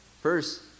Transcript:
First